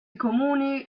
comuni